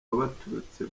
baturutse